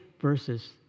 verses